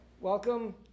welcome